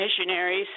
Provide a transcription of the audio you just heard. missionaries